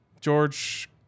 George